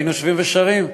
והיינו יושבים ושרים,